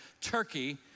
Turkey